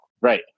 Right